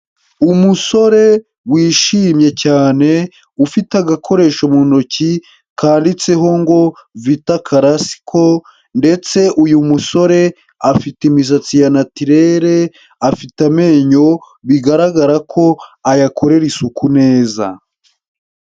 Umusore wishimye cyane, ufite agakoresho mu ntoki, karitseho ngo VITA classical, ndetse uyu musore afite imisatsi ya natirere, afite amenyo bigaragara ko ayakorera isuku neza.